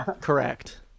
correct